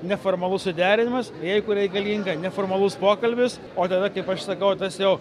neformalus suderinimas jeigu reikalinga neformalus pokalbis o tada kaip aš sakau tas jau